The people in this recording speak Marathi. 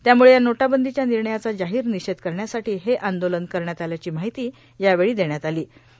त्यामुळे या नोटाबंदीच्या निणयाचा जाहार निषेध करण्यासाठी हे आंदोलन करण्यात आल्याची मार्ाहती यावेळी देण्यात आलां